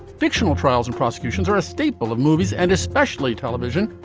fictional trials and prosecutions are a staple of movies and especially television.